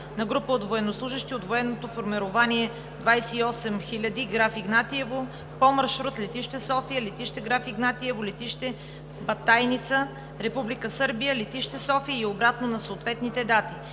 на група от военнослужещи от Военното формирование 28 000, Граф Игнатиево, по маршрут летище София – летище Граф Игнатиево – летище Батайница – Република Сърбия, – летище София и обратно на съответните дати.